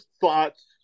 thoughts